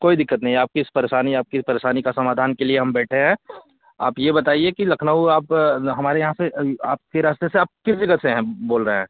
कोई दिक़्क़त नहीं आपकी इस परेशानी आपकी परेशानी का समाधान के लिए हम बैठे हैं आप यह बताइए कि लखनऊ आप हमारे यहाँ से आपके रास्ते से आप किस जगह से हैं बोल रहे हैं